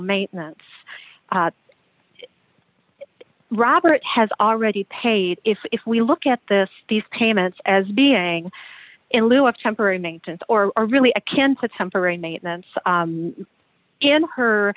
maintenance robert has already paid if if we look at this these payments as being in lieu of temporary maintenance or are really a can put temporary maintenance in her